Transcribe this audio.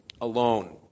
alone